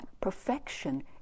perfection